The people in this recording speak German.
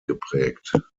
geprägt